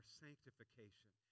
sanctification